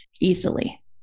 easily